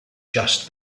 just